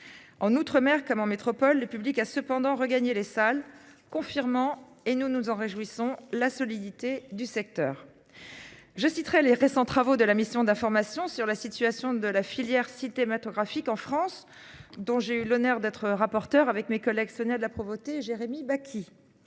En outre-mer, mer comme en métropole. Le public a cependant regagner les salles confirmant et nous nous en réjouissons la solidité du secteur. Je citerai les récents travaux de la mission d'information sur la situation de la filière cinématographique en France dont j'ai eu l'honneur d'être rapporteure avec mes collègues Sonia de la Provôté, Jérémy Bacchi.